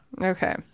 Okay